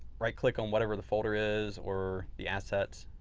right click on whatever the folder is or the assets.